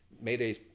Mayday